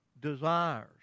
desires